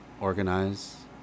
organize